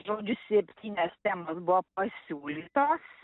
žodžiu septynias temos buvo pasiūlytos